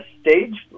stage